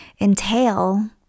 entail